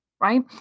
Right